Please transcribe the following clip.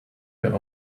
your